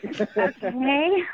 Okay